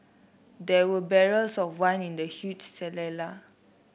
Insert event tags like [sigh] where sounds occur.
there were barrels of wine in the huge [unintelligible]